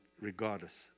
regardless